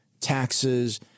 taxes